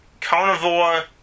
carnivore